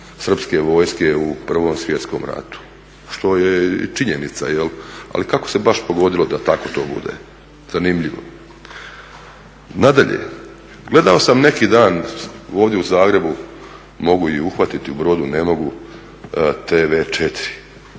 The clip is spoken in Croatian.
srpske vojske u Prvom svjetskom ratu što je i činjenica. Ali kako se baš pogodilo da tak to bude, zanimljivo? Nadalje, gledao sam neki dan ovdje u Zagrebu, mogu i uhvatiti, u Brodu ne mogu, TV